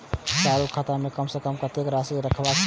चालु खाता में कम से कम कतेक राशि रहबाक चाही?